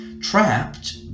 trapped